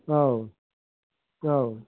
औ औ